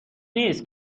نیس